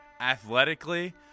athletically